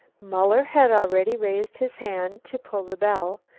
muller had already raised his hand to pull the bell,